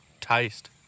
taste